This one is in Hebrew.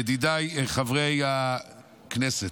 ידידיי חברי הכנסת,